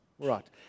Right